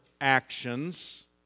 actions